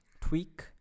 tweak